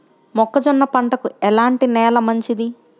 మొక్క జొన్న పంటకు ఎలాంటి నేల మంచిది?